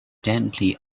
gently